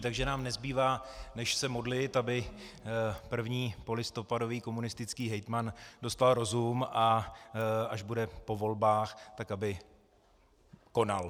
Takže nám nezbývá, než se modlit, aby první polistopadový komunistický hejtman dostal rozum, a až bude po volbách, tak aby konal.